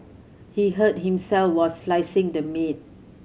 he hurt himself while slicing the meat